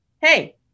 hey